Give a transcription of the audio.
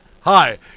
Hi